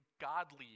godly